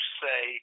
say